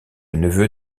neveu